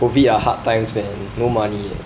COVID ah hard times man no money eh